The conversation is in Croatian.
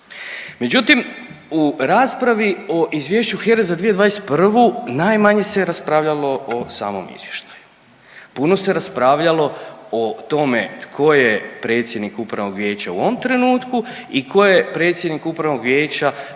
Međutim u raspravi o izvješću HERA-e za 2021. najmanje se raspravljalo o samom izvještaju, puno se raspravljalo o tome tko je predsjednik upravnog vijeća u ovom trenutku i tko je predsjednik upravnog vijeća